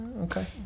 okay